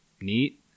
neat